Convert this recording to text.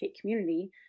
community